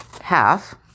half